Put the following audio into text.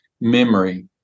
memory